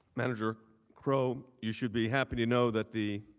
manager crow, you should be happy to know that the